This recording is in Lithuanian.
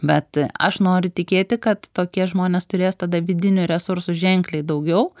bet aš noriu tikėti kad tokie žmonės turės tada vidinių resursų ženkliai daugiau